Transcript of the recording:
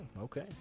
okay